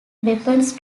weapons